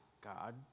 God